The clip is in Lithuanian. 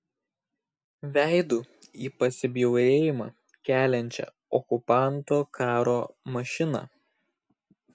veidu į pasibjaurėjimą keliančią okupanto karo mašiną